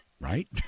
Right